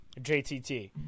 JTT